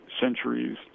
centuries